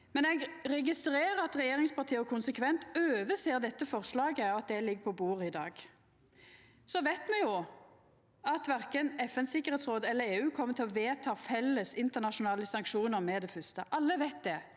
Likevel registrerer eg at regjeringspartia konsekvent overser dette forslaget, og at det ligg på bordet i dag. Me veit at verken FNs tryggingsråd eller EU kjem til å vedta felles internasjonale sanksjonar med det fyrste. Alle veit det.